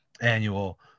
annual